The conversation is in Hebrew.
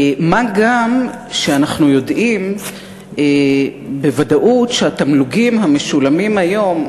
מה גם שאנחנו יודעים בוודאות שהתמלוגים המשולמים היום,